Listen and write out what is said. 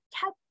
kept